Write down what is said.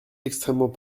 extrêmement